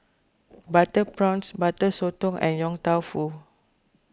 Butter Prawns Butter Sotong and Yong Tau Foo